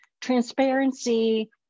transparency